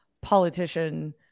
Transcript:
politician